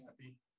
happy